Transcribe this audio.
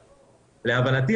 להבנתי,